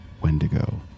Wendigo